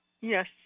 Yes